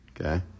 Okay